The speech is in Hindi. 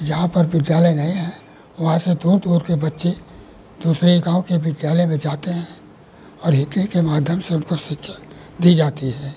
जहाँ पर विद्यालय नहीं है वहाँ से दूर दूर के बच्चे दूसरे गाँव के विद्यालय में जाते हैं और हिन्दी के माध्यम से उनको शिक्षा दी जाती है